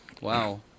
Wow